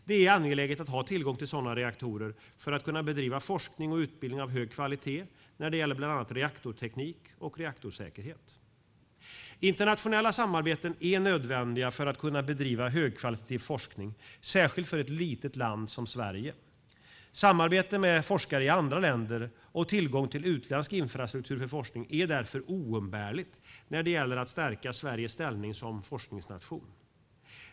Det är angeläget att ha tillgång till sådana reaktorer för att kunna bedriva forskning och utbildning av hög kvalitet när det gäller bland annat reaktorteknik och reaktorsäkerhet. Internationella samarbeten är nödvändiga för att kunna bedriva högkvalitativ forskning, särskilt för ett litet land som Sverige. Samarbete med forskare i andra länder och tillgång till utländsk infrastruktur för forskning är därför oumbärligt när det gäller att stärka Sveriges ställning som forskningsnation.